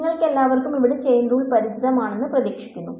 നിങ്ങൾക്കെല്ലാവർക്കും ഇവിടെ chain rule പരിചിതമാണെന്ന് പ്രതീക്ഷിക്കുന്നു